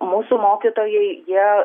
mūsų mokytojai jie